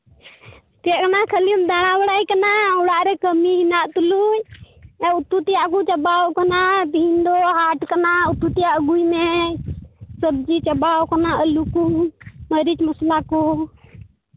ᱪᱮᱫ ᱠᱟᱱᱟ ᱠᱷᱟᱹᱞᱤᱢ ᱫᱟᱬᱟ ᱵᱟᱲᱟᱭ ᱠᱟᱱᱟ ᱚᱲᱟᱜ ᱨᱮ ᱠᱟᱹᱢᱤ ᱦᱮᱱᱟᱜ ᱛᱩᱞᱩᱡ ᱟᱨ ᱩᱛᱩ ᱛᱮᱭᱟᱜ ᱠᱚ ᱪᱟᱵᱟᱣ ᱠᱟᱱᱟ ᱛᱮᱦᱮᱧ ᱫᱚ ᱦᱟᱴ ᱠᱟᱱᱟ ᱩᱛᱩ ᱛᱮᱭᱟᱜ ᱟᱹᱜᱩᱭ ᱢᱮ ᱥᱚᱵᱽᱡᱤ ᱪᱟᱵᱟᱣ ᱠᱟᱱᱟ ᱟᱹᱞᱩ ᱠᱚ ᱢᱟᱹᱨᱤᱪ ᱢᱚᱥᱞᱟ ᱠᱚ